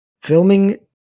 filming